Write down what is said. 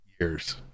years